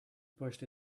pushed